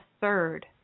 third